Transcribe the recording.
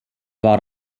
war